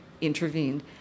intervened